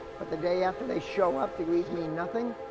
but the day after they show up degrees mean nothing.